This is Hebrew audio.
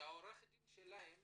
שעורך הדין שלהם